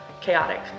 Chaotic